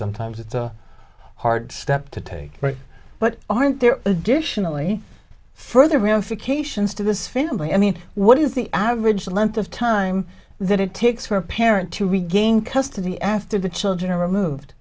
sometimes it's a hard step to take right but aren't there additionally further ramifications to this family i mean what is the average length of time that it takes for a parent to regain custody after the children are removed